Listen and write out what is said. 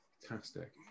Fantastic